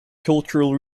cultural